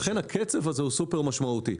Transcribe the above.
לכן הקצב הזה הוא סופר משמעותי.